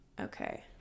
okay